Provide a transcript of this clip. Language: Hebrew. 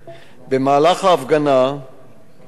במהלך ההפגנה נעצרו